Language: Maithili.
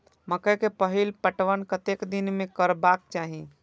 मकेय के पहिल पटवन कतेक दिन में करबाक चाही?